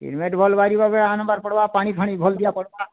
cement ଭଲ୍ ବାହାରିବା ବୋଲେ ତ ଆନିବାର୍ ପଡ଼୍ବା ପାନିଫାନି ଭଲ ଦେବା ପଡ଼୍ବା